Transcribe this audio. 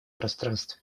пространстве